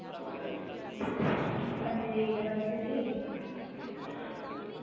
हां जी नमस्ते जी